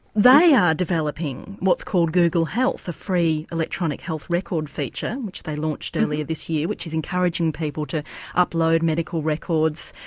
they are developing what's called google health, a free electronic health record feature which they launched earlier this year which is encouraging people to upload medical records,